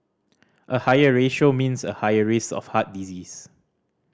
a higher ratio means a higher risk of heart disease